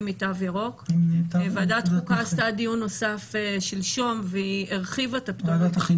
מתו ירוק וועדת החינוך עשתה דיון נוסף שלשום והיא הרחיבה את הפטור.